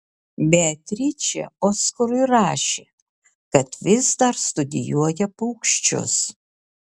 beatričė oskarui rašė kad vis dar studijuoja paukščius